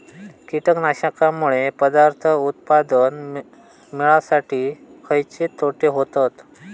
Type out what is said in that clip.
कीटकांनमुळे पदार्थ उत्पादन मिळासाठी खयचे तोटे होतत?